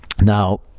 Now